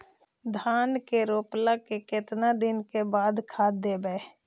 धान के रोपला के केतना दिन के बाद खाद देबै?